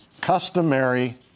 customary